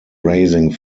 raising